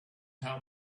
how